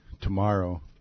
tomorrow